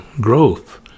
growth